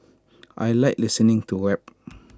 I Like listening to rap